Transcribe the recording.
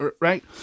Right